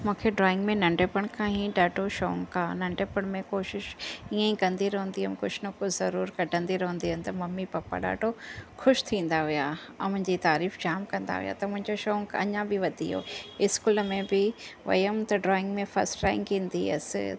मूंखे ड्राइंग में नंढिपण खां ई ॾाढो शौक़ु आहे नंढिपण में कोशिशि ईअं ई कंदी रहंदी हुयमि कुझु न कुझु ज़रूर कढंदी रहंदी त मम्मी पापा ॾाढो ख़ुशि थींदा हुआ ऐं मुंहिंजी तारीफ़ु जाम कंदा हुआ त मुंहिंजो शौक़ु अञा बि वधी वियो स्कूल में बि वियमि त ड्रॉइंग में फस्ट रैंक ईंदी हुयसि